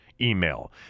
email